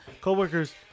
Coworkers